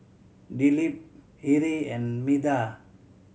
Dilip Hri and Medha